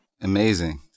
Amazing